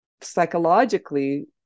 psychologically